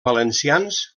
valencians